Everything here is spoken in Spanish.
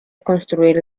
construir